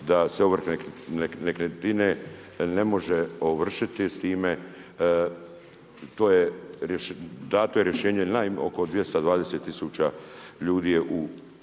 da se ovrhe nekretnine ne može ovršiti, s time, to je, dano je rješenje oko 220 tisuća ljudi